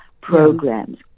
programs